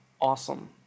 awesome